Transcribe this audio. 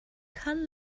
kann